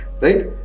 Right